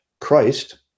Christ